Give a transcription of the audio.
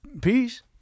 Peace